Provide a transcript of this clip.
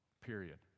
Period